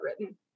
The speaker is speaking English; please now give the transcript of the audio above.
written